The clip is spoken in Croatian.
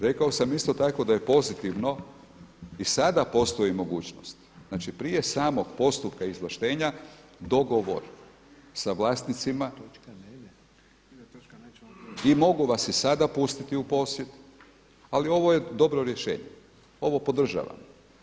Rekao sam isto tako da je pozitivno i sada postoji mogućnost prije samog postupka izvlaštenja dogovor sa vlasnicima i mogu vas i sada pustiti u posjed, ali ovo je dobro rješenje, ovo podržavam.